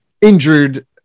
injured